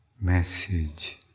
message